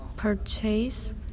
purchase